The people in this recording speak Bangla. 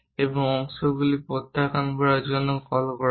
এবং অংশগুলি প্রত্যাখ্যান করার জন্য কল করা হয়